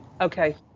okay